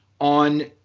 on